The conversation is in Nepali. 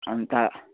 अन्त